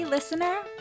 Listener